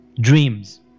Dreams